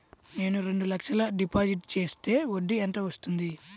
నేను రెండు లక్షల డిపాజిట్ చేస్తే వడ్డీ ఎంత వస్తుంది?